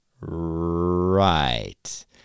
Right